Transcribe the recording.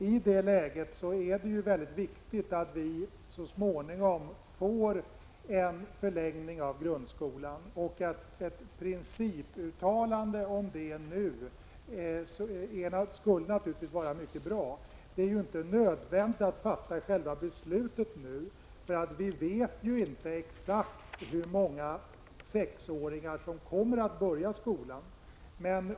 I det läget är det väldigt viktigt att vi så småningom får en förlängning av grundskolan. Ett principuttalande om det nu skulle vara mycket bra. Det är ju inte nödvändigt att fatta själva beslutet nu. Vi vet ju inte exakt hur många sexåringar som kommer att börja skolan.